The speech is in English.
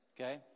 Okay